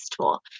tool